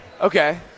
Okay